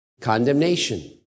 condemnation